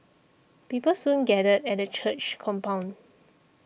people soon gathered at the church's compound